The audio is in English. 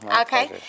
Okay